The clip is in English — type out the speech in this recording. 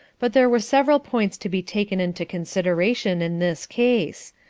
but there were several points to be taken into consideration in this case.